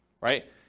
right